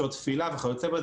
שעות תפילה וכיו"ב,